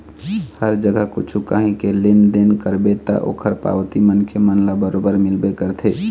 हर जगा कछु काही के लेन देन करबे ता ओखर पावती मनखे मन ल बरोबर मिलबे करथे